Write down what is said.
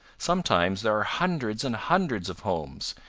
sometimes there are hundreds and hundreds of homes,